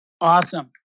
Awesome